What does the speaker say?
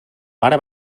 pare